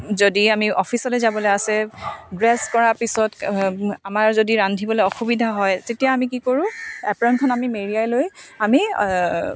যদি আমি অফিচলৈ যাবলৈ আছে ড্ৰেছ কৰা পিছত আমাৰ যদি ৰান্ধিবলৈ অসুবিধা হয় তেতিয়া আমি কি কৰোঁ এপ্ৰনখন মেৰিয়াই লৈ আমি খুব